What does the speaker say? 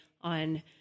on